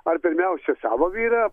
ar pirmiausia savo vyrą